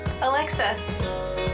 Alexa